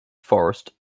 forest